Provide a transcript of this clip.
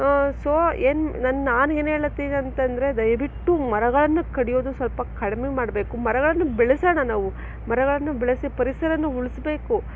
so ಏನು ನನ್ನ ನಾನು ಏನು ಹೇಳತ್ತಿನಿ ಅಂತಂದರೆ ದಯವಿಟ್ಟು ಮರಗಳನ್ನು ಕಡಿಯೋದು ಸ್ವಲ್ಪ ಕಡಿಮೆ ಮಾಡಬೇಕು ಮರಗಳನ್ನು ಬೆಳೆಸೋಣ ನಾವು ಮರಗಳನ್ನು ಬೆಳೆಸಿ ಪರಿಸರವನ್ನು ಉಳಿಸ್ಬೇಕು